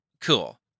cool